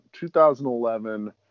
2011